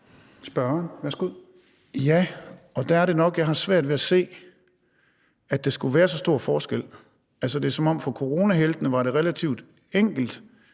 Torsten Gejl (ALT): Ja, og der er det nok, jeg har svært ved at se, at der skulle være så stor en forskel. Det er, som om det for coronaheltene var relativt enkelt,